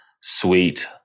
sweet